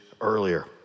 earlier